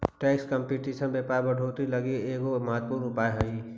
tax competition व्यापार बढ़ोतरी लगी एगो महत्वपूर्ण उपाय हई